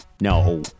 No